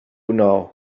now